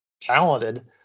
talented